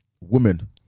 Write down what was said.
women